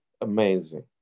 amazing